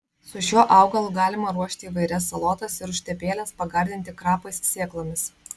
su šiuo augalu galima ruošti įvairias salotas ir užtepėles pagardinti krapais sėklomis